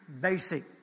basic